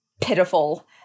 pitiful